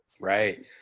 right